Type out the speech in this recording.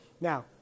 Now –